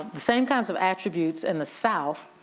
the same kinds of attributes in the south,